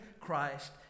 Christ